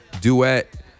Duet